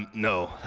no.